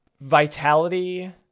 Vitality